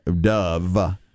dove